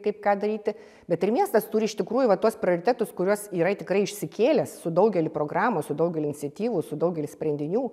kaip ką daryti bet ir miestas turi iš tikrųjų va tuos prioritetus kuriuos yra tikrai išsikėlęs su daugeliu programų su daugeliu iniciatyvų su daugeliu sprendinių